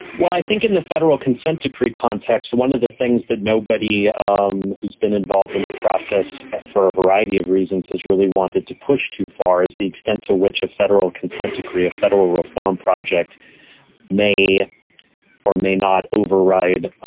well, i think in the federal consent decree context, one of the things that nobody um who's been involved in the process for a variety of reasons has really wanted to push too far is the extent to which a federal consent decree of federal reform project may or may not override ah